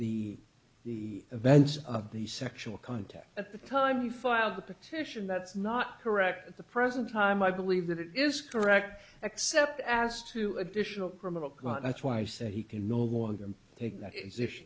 the the events of the sexual contact at the time he filed the petition that's not correct at the present time i believe that it is correct except as to additional criminal that's why i said he can no longer take that